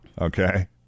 Okay